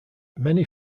many